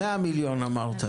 100 מיליון ₪, אמרת?